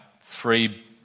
three